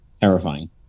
Terrifying